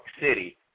City